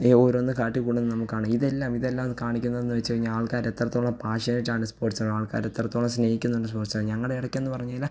ഓരോന്ന് കാട്ടിക്കൂട്ടുന്ന നമുക്ക് കാണാം ഇതെല്ലാം ഇതെല്ലാം കാണിക്കുന്നതെന്ന് വെച്ച് കഴിഞ്ഞാൽ ആൾക്കാർ എത്രത്തോളം പാഷാനയ്ച്ചാണ് സ്പോട്സിനോട് ആൾക്കാർ എത്രത്തോളം സ്നേഹിക്കുന്നുണ്ട് സ്പോട്സാ ഞങ്ങളുടെ ഇടയ്ക്കെന്ന് പറഞ്ഞ് കഴിഞ്ഞാൽ